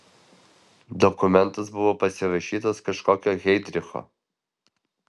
dokumentas buvo pasirašytas kažkokio heidricho